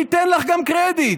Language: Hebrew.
ניתן לך גם קרדיט,